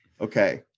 Okay